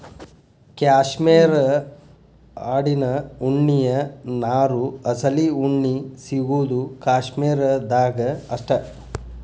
cashmere ಆಡಿನ ಉಣ್ಣಿಯ ನಾರು ಅಸಲಿ ಉಣ್ಣಿ ಸಿಗುದು ಕಾಶ್ಮೇರ ದಾಗ ಅಷ್ಟ